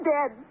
Dead